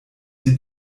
sie